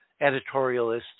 editorialists